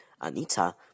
Anita